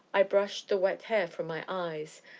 i brushed the wet hair from my eyes,